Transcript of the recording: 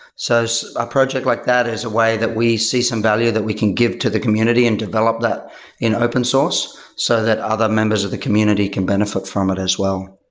so a project like that is a way that we see some value that we can give to the community and develop that in open source so that other members of the community can benefit from it as well.